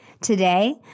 Today